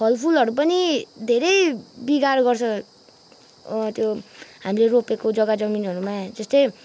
फल फुलहरू पनि धेरै बिगार गर्छ त्यो हामीले रोपेको जग्गा जमिनहरूमा जस्तै